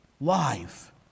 life